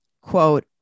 quote